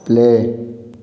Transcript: play